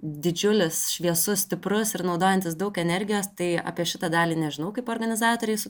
didžiulis šviesus stiprus ir naudojantis daug energijos tai apie šitą dalį nežinau kaip organizatoriai su